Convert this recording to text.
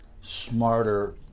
smarter